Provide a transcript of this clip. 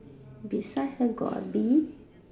beside have got A